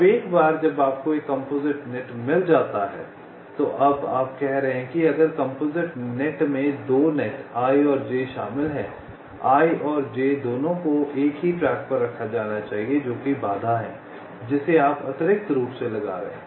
अब एक बार जब आपको एक कंपोजिट नेट मिल जाता है तो अब आप कह रहे हैं कि अगर कंपोजिट नेट में 2 नेट i और j शामिल हैं i और j दोनों को एक ही ट्रैक पर रखा जाना चाहिए जो कि बाधा है जिसे आप अतिरिक्त रूप से लगा रहे हैं